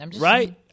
right